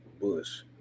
Bush